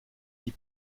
dis